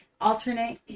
alternate